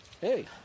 Hey